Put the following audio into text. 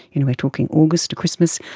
you know we're talking august to christmas,